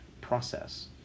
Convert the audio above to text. process